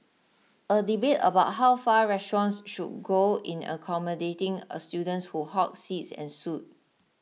a debate about how far restaurants should go in accommodating students who hog seats ensued